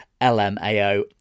lmao